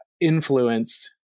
influenced